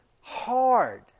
hard